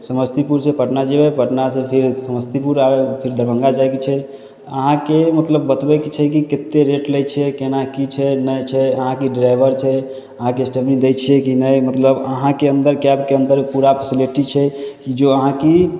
समस्तीपुर से पटना जेबै पटना से फिर समस्तीपुर अयबै फिर दरभंगा जाइके छै अहाँके मतलब बतबैके छै कि कते रेट लै छियै केना की छै नहि छै अहाँके ड्राइवर छै अहाँके स्टेपनी दै छियै कि नहि मतलब अहाँके अन्दर कैबके अन्दर पूरा फेसलेटी छै जो अहाँके